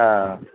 ആ